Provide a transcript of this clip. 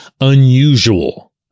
unusual